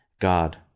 God